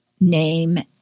name